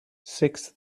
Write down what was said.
six